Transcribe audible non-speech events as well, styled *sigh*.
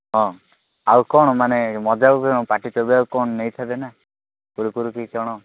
ହଁ ଆଉ କ'ଣ ମାନେ ମଜା *unintelligible* ପାଟି କେବେ କ'ଣ ଆଉ ନେଇଥାନ୍ତେ ନା କୁରୁକୁରୁ କି କ'ଣ